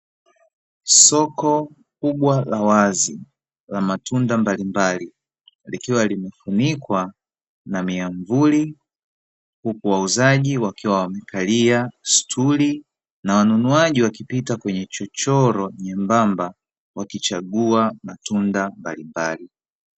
Soko kubwa la wazi la matunda mbalimbali, likiwa limefunikwa na miamvuli, huku wauzaji wakiwa wamekalia stuli, na wanunuaji wakipita kwenye chochoro nyembamba wakichagua matunda mbalimbali.